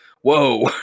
Whoa